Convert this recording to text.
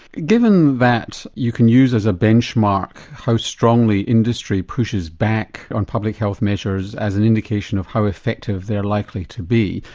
given that you can use it as a bench mark how strongly industry pushes back on public health measures as an indication of how effective they're likely to be.